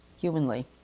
humanly